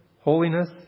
holiness